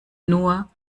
nur